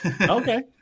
okay